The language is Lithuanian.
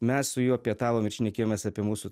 mes su juo pietavom ir šnekėjomės apie mūsų